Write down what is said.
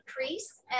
increase